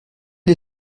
les